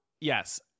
yes